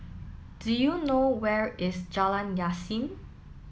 do you know where is Jalan Yasin